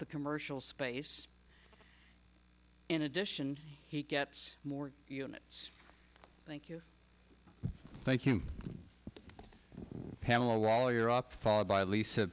the commercial space in addition he gets more units thank you thank you panel wall you're up followed by lisa